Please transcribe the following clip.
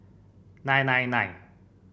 nine nine nine